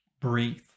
breathe